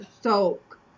soak